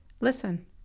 listen